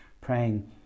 praying